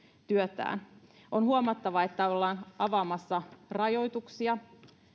työtään on huomattava että ollaan avaamassa rajoituksia